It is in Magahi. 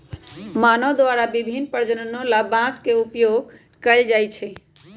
मानव द्वारा विभिन्न प्रयोजनों ला बांस के उपयोग कइल जा हई